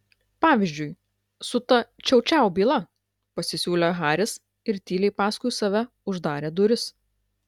pavyzdžiui su ta čiau čiau byla pasisiūlė haris ir tyliai paskui save uždarė duris